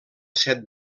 set